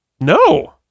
No